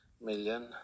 million